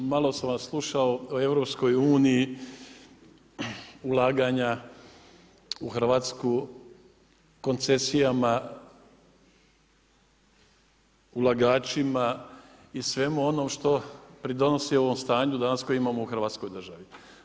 Kolega Bulj, malo sam vam slušao u Europskoj uniji ulaganja u Hrvatsku, koncesijama, ulagačima i svemu onom što pridonosi ovom stanju danas koje imamo u Hrvatskoj državi.